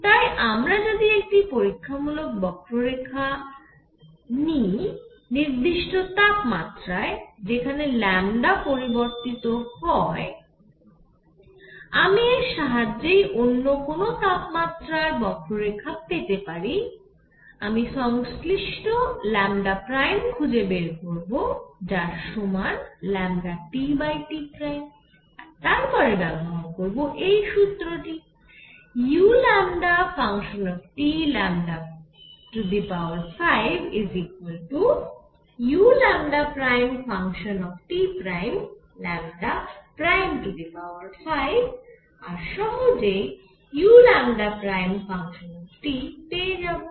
তাই আমাকে যদি একটি পরীক্ষামূলক বক্ররেখা দেওয়া হত নির্দিষ্ট তাপমাত্রায় যেখানে পরিবর্তিত হয় আমি এর সাহায্যেই অন্য কোন তাপমাত্রার বক্ররেখা পেতে পারি আমি সংশ্লিষ্ট ' খুঁজে বের করব যার সমান λTT আর তারপরে ব্যবহার করব এই সূত্রটি u 5 uλT' 5 আর সহজেই uλT' পেয়ে যাবো